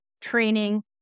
training